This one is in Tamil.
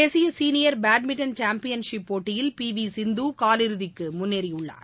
தேசிய சீனியர் பேட்மின்டன் சாம்பியன் போட்டியில் பி வி சிந்து கால் இறுதிக்கு முன்னேறியுள்ளார்